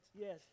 Yes